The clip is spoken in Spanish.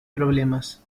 problemas